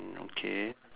hmm okay